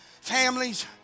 families